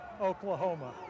Oklahoma